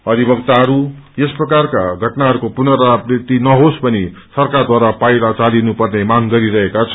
अधिवक्ताहरू यस प्रकारका घटनाहरूको पुनरावृत्ति नहोस भनी सरकारद्वारा पाइला चालिनु पेर्न मांग गरिरहेका छन्